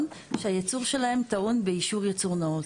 שהייצור שלהם טעון באישור יצור נאות.